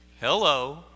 Hello